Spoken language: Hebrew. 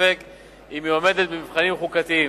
וספק אם היא עומדת במבחנים חוקתיים.